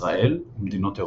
ישראל ומדינות אירופה.